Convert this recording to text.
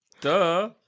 Duh